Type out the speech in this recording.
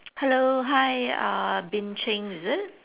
hello hi uh Bin-Cheng is it